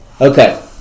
okay